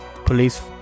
police